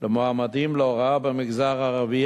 למועמדים להוראה במגזר הערבי,